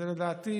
זה לדעתי